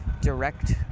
direct